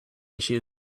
issues